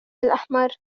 الأحمر